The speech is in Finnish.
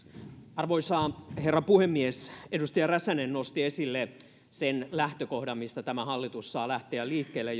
arvoisa herra puhemies edustaja räsänen nosti esille sen lähtökohdan mistä saa lähteä liikkeelle